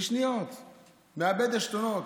בשניות מאבד עשתונות.